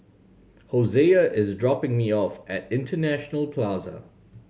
Hosea is dropping me off at International Plaza